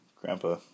Grandpa